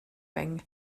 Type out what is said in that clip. ring